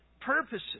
purposes